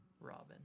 Robin